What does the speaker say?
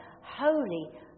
Holy